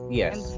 yes